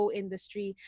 industry